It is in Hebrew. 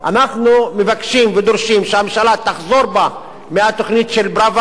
אנחנו מבקשים ודורשים שהממשלה תחזור בה מהתוכנית של פראוור,